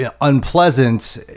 unpleasant